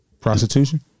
Prostitution